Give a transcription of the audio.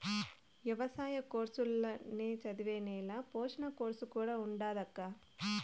ఎవసాయ కోర్సుల్ల నే చదివే నేల పోషణ కోర్సు కూడా ఉండాదక్కా